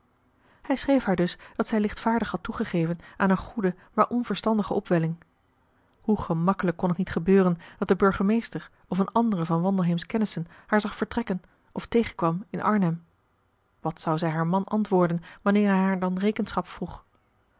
hij schreef haar dus dat zij lichtvaardig had toegegeven aan een goede maar onverstandige opwelling hoe gemakkelijk kon het niet gebeuren dat de burgemeester of een andere van wandelheem's kennissen haar zag vertrekken of tegenkwam in arnhem wat zou zij haar man antwoorden wanneer hij haar dan rekenschap vroeg